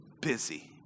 busy